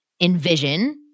envision